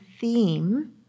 theme